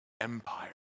Empire